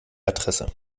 adresse